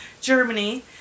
germany